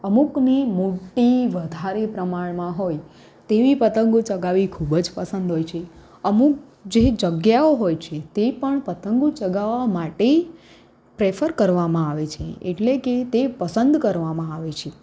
અમૂકની મોટી વધારે પ્રમાણમાં હોય તેવી પતંગો ચગાવી ખૂબ જ પસંદ હોય છે અમુક જે જગ્યાઓ હોય છે તે પણ પતંગો ચગાવવા માટે પ્રેફર કરવામાં આવે છે એટલે કે તે પસંદ કરવામાં આવે છે